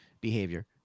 behavior